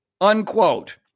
Unquote